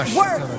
work